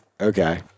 okay